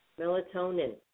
melatonin